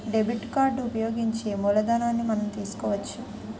debit card ఉపయోగించి మూలధనాన్ని మనం తీసుకోవచ్చు